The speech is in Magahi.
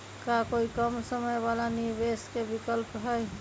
का कोई कम समय वाला निवेस के विकल्प हई?